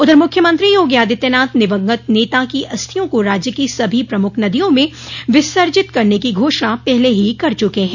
उधर मुख्यमंत्री योगी आदित्यनाथ दिवंगत नेता की अस्थियों को राज्य की सभी प्रमूख नदियों में विसर्जित करने की घोषणा पहले ही कर चुके हैं